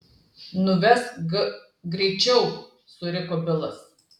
nuvesk g greičiau suriko bilas